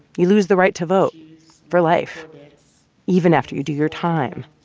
you lose the right to vote for life even after you do your time.